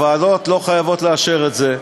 הוועדות לא חייבות לאשר את זה,